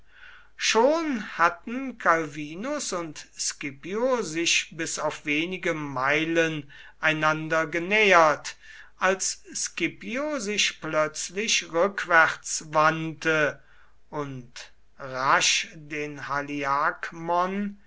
schon hatten calvinus und scipio sich bis auf wenige meilen einander genähert als scipio sich plötzlich rückwärts wandte und rasch den